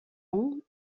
ans